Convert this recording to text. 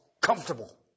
comfortable